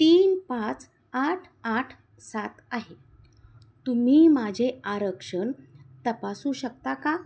तीन पाच आठ आठ सात आहे तुम्ही माझे आरक्षण तपासू शकता का